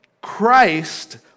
Christ